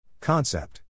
Concept